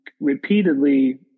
repeatedly